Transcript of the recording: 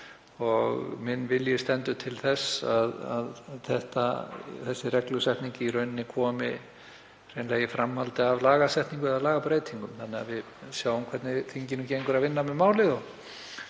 og vilji minn stendur til þess að þessi reglusetning komi hreinlega í framhaldi af lagasetningu eða lagabreytingum. Við sjáum hvernig þinginu gengur að vinna með málið.